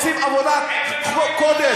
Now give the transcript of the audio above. "רגבים" עושים עבודת קודש.